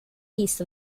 east